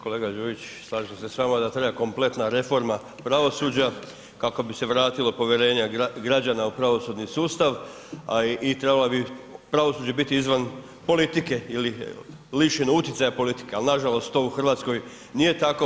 Kolega Đujić, slažem se s vama da treba kompletna reforma pravosuđa kako bi se vratilo povjerenje građana u pravosudni sustav i trebalo bi pravosuđe biti izvan politike ili lišeno utjecaja politike ali nažalost to u Hrvatskoj to nije tako.